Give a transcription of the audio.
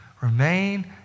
Remain